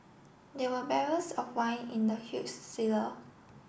there were barrels of wine in the huge cellar